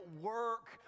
work